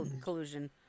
collusion